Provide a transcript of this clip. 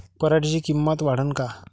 पराटीची किंमत वाढन का?